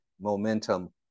momentum